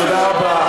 תודה רבה.